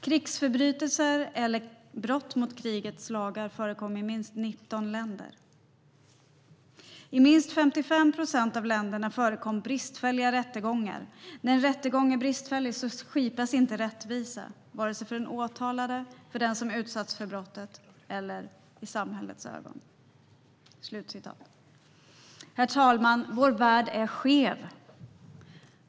I minst 55 procent av länderna förekom bristfälliga rättegångar. När en rättegång är bristfällig skipas inte rättvisa - vare sig för den åtalade, för den som utsatts för brottet eller i samhällets ögon." Herr talman! Vår värld är skev.